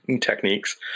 techniques